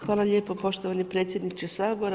Hvala lijepo poštovani predsjedniče Sabora.